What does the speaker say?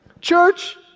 Church